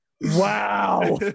wow